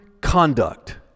conduct